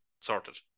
sorted